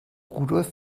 rudolf